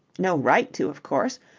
no right to, of course.